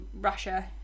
russia